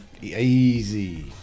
easy